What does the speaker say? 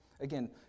Again